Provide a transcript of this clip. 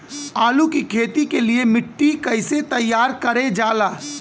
आलू की खेती के लिए मिट्टी कैसे तैयार करें जाला?